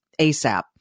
ASAP